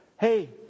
hey